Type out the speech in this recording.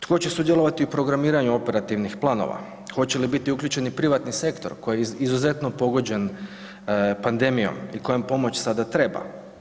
Tko će sudjelovati u programiranju operativnih planova, hoće li biti uključeni privatni sektor koji je izuzetno pogođen pandemijom i kojem pomoć sada treba?